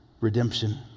Redemption